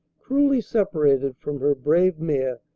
cruelly separated from her brave mayor,